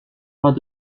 pas